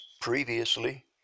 previously